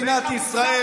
אין לך מושג.